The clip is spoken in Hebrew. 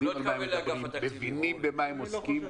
אנשים שמבינים במה הם עוסקים,